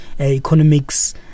economics